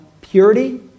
purity